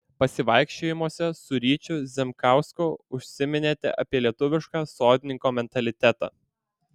pasivaikščiojimuose su ryčiu zemkausku užsiminėte apie lietuvišką sodininko mentalitetą